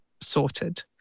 sorted